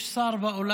תתבייש לך.